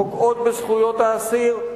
פוגעות בזכויות האסיר,